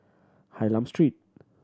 Hylam Street